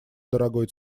дорогой